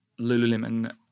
Lululemon